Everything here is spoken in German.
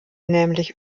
nämlich